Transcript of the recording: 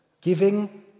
giving